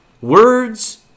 Words